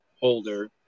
holder